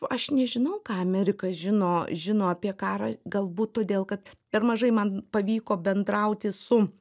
aš nežinau ką amerika žino žino apie karą galbūt todėl kad per mažai man pavyko bendrauti su